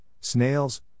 snails